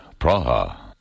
Praha